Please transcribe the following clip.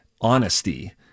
honesty